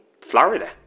florida